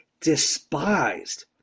despised